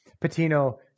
Patino